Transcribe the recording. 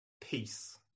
Peace